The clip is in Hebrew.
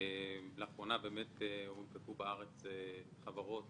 לאחרונה הונפקו בארץ חברות